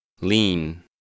Lean